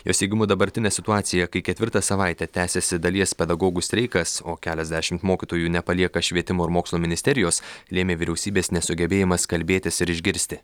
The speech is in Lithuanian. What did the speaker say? jos teigimu dabartinė situacija kai ketvirtą savaitę tęsiasi dalies pedagogų streikas o keliasdešimt mokytojų nepalieka švietimo ir mokslo ministerijos lėmė vyriausybės nesugebėjimas kalbėtis ir išgirsti